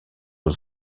aux